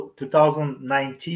2019